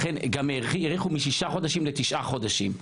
לכן גם האריכו משישה חודשים לתשעה חודשים.